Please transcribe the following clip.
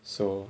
so